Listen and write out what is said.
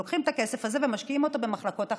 לוקחים את הכסף הזה ומשקיעים אותו במחלקות אחרות.